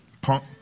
Punk